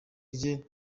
rye